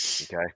okay